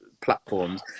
platforms